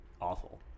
awful